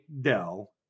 Dell